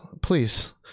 please